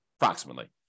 approximately